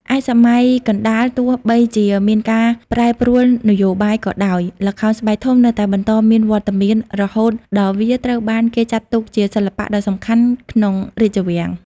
ឯសម័យកណ្ដាល ទោះបីជាមានការប្រែប្រួលនយោបាយក៏ដោយ ល្ខោនស្បែកធំនៅតែបន្តមានវត្តមាន រហូតដល់វាត្រូវបានគេចាត់ទុកជាសិល្បៈដ៏សំខាន់ក្នុងរាជវាំង ។